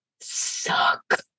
suck